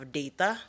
data